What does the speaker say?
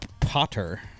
potter